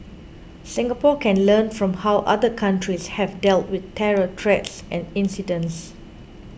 Singapore can learn from how other countries have dealt with terror threats and incidents